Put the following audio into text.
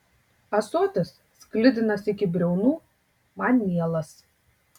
ąsotis sklidinas iki briaunų man mielas